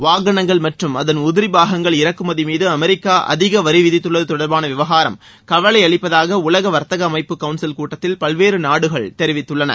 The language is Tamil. வாகனங்கள் மற்றும் அதன் உதிரி பாகங்கள் இறக்குமதி மீது அமெரிக்கா அதிக வரி விதித்துள்ளது தொடர்பான விவகாரம் கவலை அளிப்பதாக உலக வா்த்தக அமைப்பு கவுன்சில் கூட்டத்தில் பல்வேறு நாடுகள் தெரிவித்துள்ளன